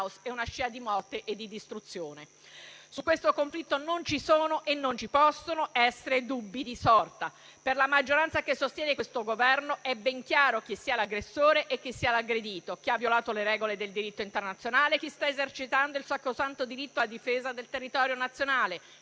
e una scia di morte e di distruzione. Su questo conflitto non ci sono e non ci possono essere dubbi di sorta. Per la maggioranza che sostiene questo Governo è ben chiaro chi sia l'aggressore e chi sia l'aggredito; chi ha violato le regole del diritto internazionale e chi sta esercitando il sacrosanto diritto alla difesa del territorio nazionale